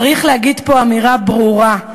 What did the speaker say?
צריך להגיד פה אמירה ברורה: